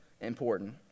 important